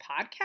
podcast